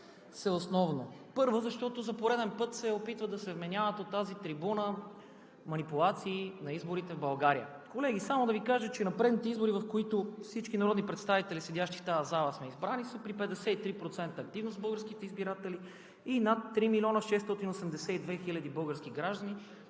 се. Първо, защото за пореден път се опитват да се вменяват от тази трибуна манипулации на изборите в България. Колеги, само да Ви кажа, че на предните избори, в които всички народни представители, седящи в тази зала, сме избрани, са при 53% активност на българските избиратели и над 3 682 000 български граждани